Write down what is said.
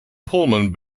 pullman